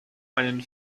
einen